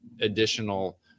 additional